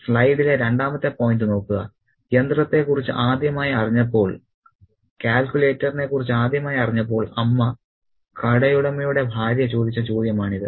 സ്ലൈഡിലെ രണ്ടാമത്തെ പോയിന്റ് നോക്കുക യന്ത്രത്തെക്കുറിച്ച് ആദ്യമായി അറിഞ്ഞപ്പോൾ കാൽക്കുലേറ്ററിനെ കുറിച്ച് ആദ്യമായി അറിഞ്ഞപ്പോൾ അമ്മ കടയുടമയുടെ ഭാര്യ ചോദിച്ച ചോദ്യമാണിത്